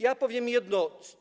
Ja powiem jedno.